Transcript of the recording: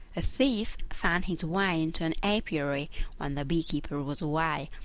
a thief found his way into an apiary when the bee-keeper was away,